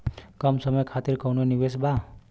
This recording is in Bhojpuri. कम समय खातिर कौनो निवेश बा?